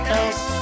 else